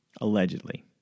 allegedly